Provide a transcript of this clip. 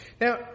Now